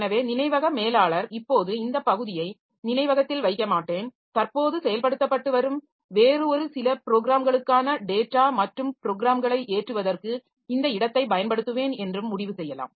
எனவே நினைவக மேலாளர் இப்போது இந்த பகுதியை நினைவகத்தில் வைக்க மாட்டேன் தற்போது செயல்படுத்தப்பட்டு வரும் வேறு சில ப்ரோக்ராம்களுக்கான டேட்டா மற்றும் ப்ரோக்ராம்களை ஏற்றுவதற்கு இந்த இடத்தைப் பயன்படுத்துவேன் என்று முடிவு செய்யலாம்